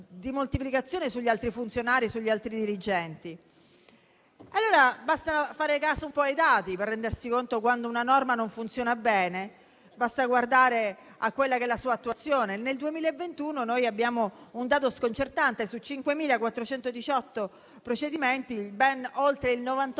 di moltiplicazione sugli altri funzionari, sugli altri dirigenti. Basta fare caso ai dati per rendersi conto quando una norma non funziona bene. Basta guardare a quella che è la sua attuazione. Nel 2021 noi abbiamo un dato sconcertante: su 5.418 procedimenti, ben oltre il 98